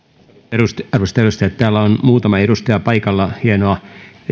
arvoisat edustajat täällä on muutama edustaja paikalla hienoa ja